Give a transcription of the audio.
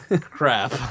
crap